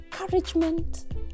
encouragement